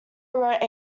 wrote